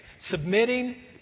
Submitting